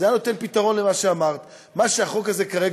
זה מה שאתה רוצה?